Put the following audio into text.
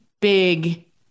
big